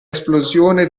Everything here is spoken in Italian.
esplosione